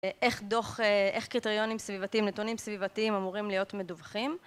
איך דו"ח... איך קריטריונים סביבתיים, נתונים סביבתיים אמורים להיות מדווחים?